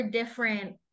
different